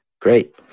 great